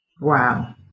Wow